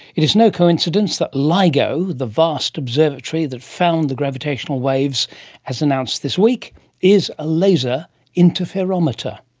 it is no coincidence that ligo, the vast observatory that found the gravitational waves as announced this week is a laser interferometer.